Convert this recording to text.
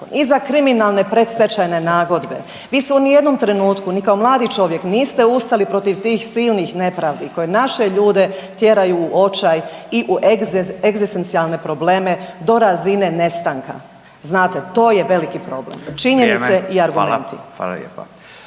i za kriminalne predstečajne nagodbe, vi se u nijednom trenutku ni kao mladi čovjek niste ustali protiv tih silnih nepravdi koje naše ljude tjeraju u očaj i u egzistencijalne probleme do razine nestanka. Znate, to je veliki problem. Činjenice i argumenti. **Radin, Furio